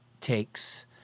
takes